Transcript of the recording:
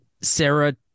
Sarah